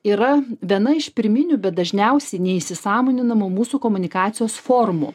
yra viena iš pirminių bet dažniausiai neįsisąmoninamų mūsų komunikacijos formų